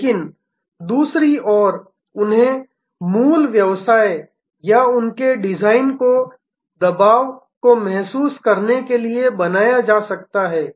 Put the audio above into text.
लेकिन दूसरी ओर उन्हें मूल व्यवसाय या उनके डिजाइन को दबाव को महसूस करने के लिए बनाया जा सकता है